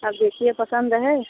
आप देखिए पसंद है